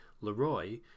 Leroy